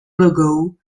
logo